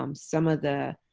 um some of the